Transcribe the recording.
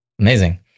amazing